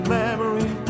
memory